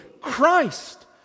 Christ